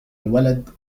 الولد